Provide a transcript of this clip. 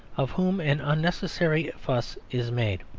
of whom an unnecessary fuss is made.